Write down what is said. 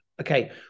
Okay